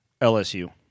LSU